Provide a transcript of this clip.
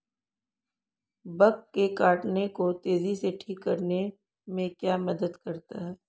Bug के काटने को तेजी से ठीक करने में क्या मदद करता है?